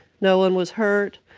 no one was hurt.